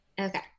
Okay